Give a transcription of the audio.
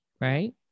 right